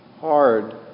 hard